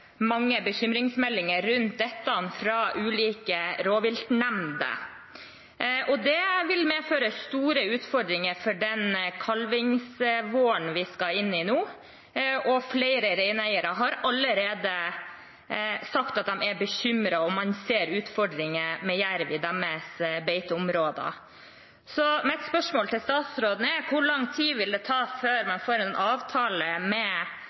mange bekymringsmeldinger rundt dette fra ulike rovviltnemnder, og det vil medføre store utfordringer for den kalvingsvåren vi skal inn i nå. Flere reineiere har allerede sagt at de er bekymret, og man ser utfordringer med jerv i deres beiteområder. Så mitt spørsmål til statsråden er: Hvor lang tid vil det ta før man får en avtale med